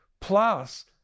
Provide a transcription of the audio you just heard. plus